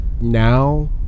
now